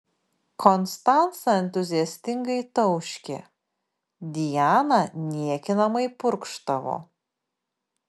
konstanca entuziastingai tauškė diana niekinamai purkštavo